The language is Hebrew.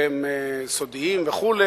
שהם סודיים וכו',